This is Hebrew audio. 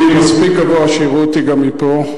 אני מספיק גבוה שיראו אותי גם מפה,